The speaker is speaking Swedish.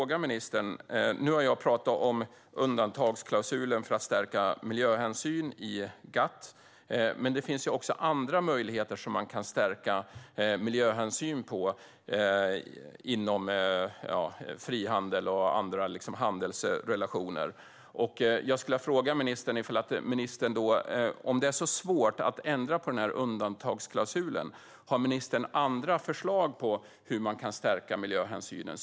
Nu har jag pratat om undantagsklausulen för att stärka miljöhänsyn i GATT, men det finns ju också andra möjligheter att stärka miljöhänsyn inom frihandel och andra handelsrelationer. Om det är så svårt att ändra på den här undantagsklausulen, har ministern några andra förslag på hur man kan stärka miljöhänsynen?